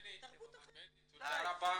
בני, תודה רבה.